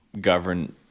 govern